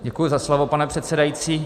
Děkuji za slovo, pane předsedající.